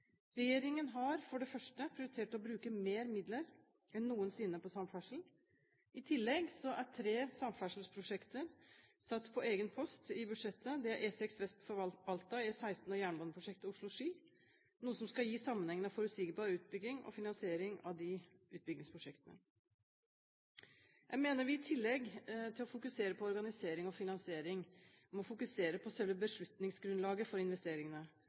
Regjeringen har for det første prioritert å bruke mer midler enn noensinne på samferdsel. I tillegg er tre samferdselsprosjekter satt på egen post i budsjettet – E6 vest for Alta, E16 og jernbaneprosjektet Oslo–Ski – noe som skal gi sammenhengende og forutsigbar utbygging og finansiering av de utbyggingsprosjektene. Jeg mener vi i tillegg til å fokusere på organisering og finansiering må fokusere på selve beslutningsgrunnlaget for investeringene,